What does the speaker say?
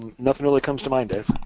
nothing really comes to mind, dave.